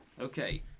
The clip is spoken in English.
Okay